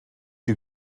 you